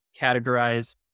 categorize